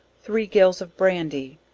three gills of brandy,